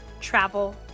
travel